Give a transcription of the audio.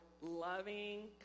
loving